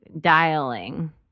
dialing